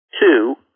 Two